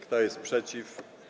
Kto jest przeciw?